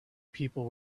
people